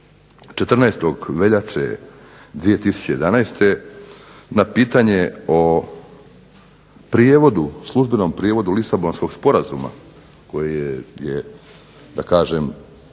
14. veljače 2011. na pitanje o prijevodu, službenom prijevodu Lisabonskog sporazuma koji je Ustav